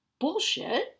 bullshit